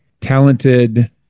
talented